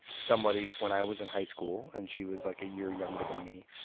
somebody when i was in high school and she was like a year younger than me,